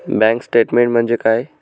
Bank statement म्हणजे काय?